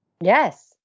yes